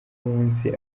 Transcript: munsi